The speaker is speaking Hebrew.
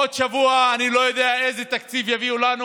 בעוד שבוע אני לא יודע איזה תקציב יביאו לנו